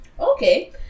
Okay